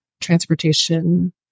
transportation